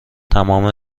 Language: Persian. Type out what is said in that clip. تمام